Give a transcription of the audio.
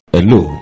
Hello